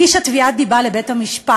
הגישה תביעת דיבה לבית-המשפט,